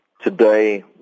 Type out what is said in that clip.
Today